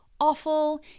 awful